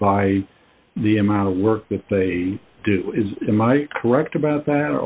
by the amount of work that they do is in my correct about that or